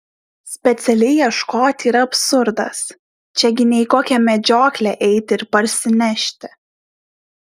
specialiai ieškoti yra absurdas čia gi ne į kokią medžioklę eiti ir parsinešti